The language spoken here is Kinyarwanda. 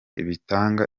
bitanga